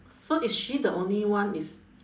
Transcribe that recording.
so is she the only one is